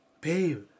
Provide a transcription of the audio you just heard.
Babe